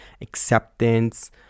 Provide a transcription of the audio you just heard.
acceptance